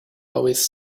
always